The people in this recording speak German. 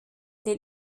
den